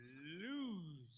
lose